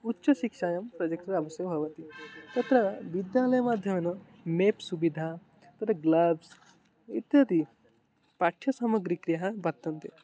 उच्चशिक्षायां projector अवश्यकं भवति तत्र विद्यालयमाध्यमेन मेप् सुवधा तत्र ग्लाब्स् इत्यादिपाठ्यसामग्रिक्रियाः वर्तन्ते